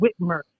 Whitmer